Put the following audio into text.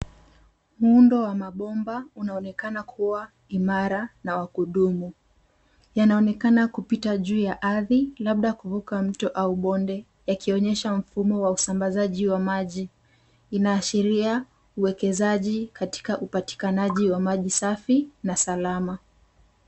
Muundo wa mabomba unaonekana kuwa imara na wa kudumu. Yanaonekana kupita juu ya ardhi, labda kuvuka mto au bonde, yakionyesha mfumo wa usambazaji wa maji. Inaashiria uwekezaji katika upatikanaji wa maji safi na salama.